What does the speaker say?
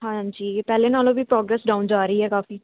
ਹਾਂਜੀ ਪਹਿਲਾਂ ਨਾਲੋਂ ਵੀ ਪ੍ਰੋਗਰੈਸ ਡਾਊਨ ਜਾ ਰਹੀ ਹੈ ਕਾਫੀ